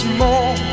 more